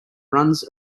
runs